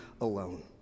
alone